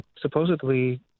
Supposedly